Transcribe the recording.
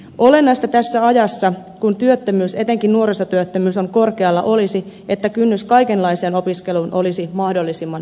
olennaista tässä ajassa kun työttömyys etenkin nuorisotyöttömyys on korkealla olisi että kynnys kaikenlaiseen opiskeluun olisi mahdollisimman matala